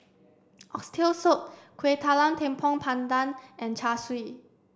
oxtail soup Kueh Talam Tepong Pandan and Char Siu